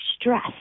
stress